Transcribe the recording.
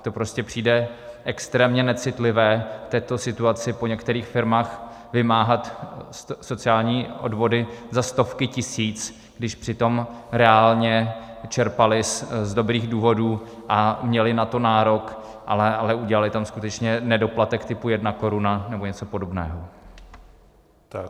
Mně to prostě přijde extrémně necitlivé v této situaci po některých firmách vymáhat sociální odvody za stovky tisíc, když přitom reálně čerpaly z dobrých důvodů a měly na to nárok, ale udělaly tam skutečně nedoplatek typu jedna koruna nebo něco podobného.